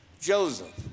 Joseph